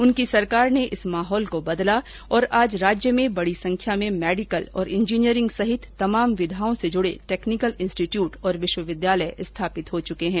उनकी सरकार ने इस माहौल को बदला और आज राज्य में बड़ी संख्या में मेडिकल और इंजीनियरिंग सहित तमाम विधाओं से जुड़े टैक्नीकल इंस्टीट्यूट और विश्वविद्यालय स्थापित हो चुके हैं